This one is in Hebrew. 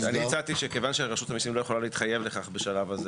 כיוון שרשות המיסים לא יכולה להתחייב בשלב זה